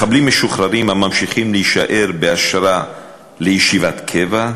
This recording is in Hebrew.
מחבלים משוחררים הממשיכים להישאר באשרה לישיבת קבע,